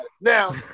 Now